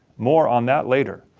more on that later.